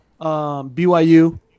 BYU